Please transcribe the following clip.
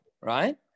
right